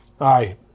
Aye